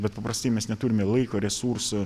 bet paprastai mes neturime laiko resursų